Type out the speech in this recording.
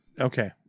okay